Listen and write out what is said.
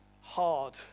hard